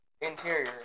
interior